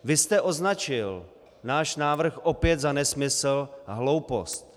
Vy jste označil náš návrh opět za nesmysl a hloupost.